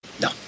No